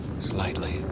Slightly